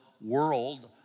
world